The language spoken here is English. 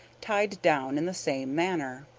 tied down in the same manner.